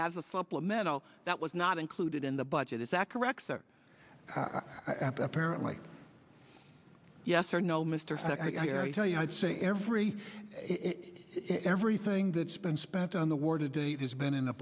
as a supplemental that was not included in the budget is that correct sir apparently yes or no mr said i tell you i'd say every everything that's been spent on the war to date has been